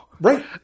Right